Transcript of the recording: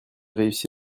réussi